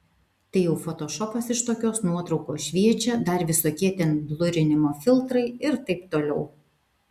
tai jau fotošopas iš tokios nuotraukos šviečia dar visokie ten blurinimo filtrai ir taip toliau